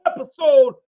episode